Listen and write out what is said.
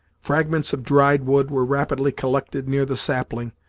fragments of dried wood were rapidly collected near the sapling,